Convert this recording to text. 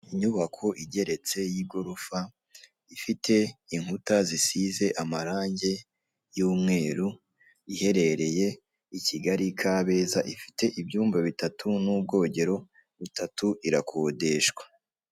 Inyubako igeretse y'igorofa ifite inkuta zisize amarange y'umweru iherereye i Kigali kabeza ifite ibyumba buitatu n'ubwogero butatu irakodeshwa.